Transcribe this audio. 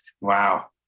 Wow